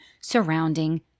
surrounding